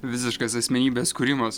visiškas asmenybės kūrimas